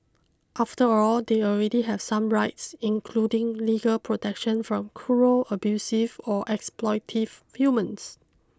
after all they already have some rights including legal protection from cruel abusive or exploitative humans